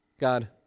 God